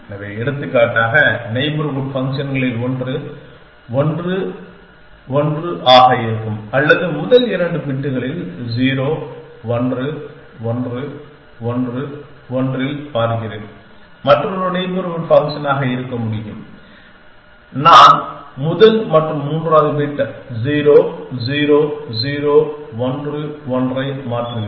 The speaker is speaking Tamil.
எனவே எடுத்துக்காட்டாக நெய்பர்ஹூட் ஃபங்க்ஷன்களில் ஒன்று 1 1 ஆக இருக்கும் அல்லது முதல் 2 பிட்களில் 0 1 1 1 1 இல் பார்க்கிறேன் மற்றொரு நெய்பர்ஹூட் ஃபங்க்ஷனாக இருக்க முடியும் நான் முதல் மற்றும் மூன்றாவது பிட் 0 0 0 1 1 ஐ மாற்றுகிறேன்